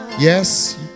Yes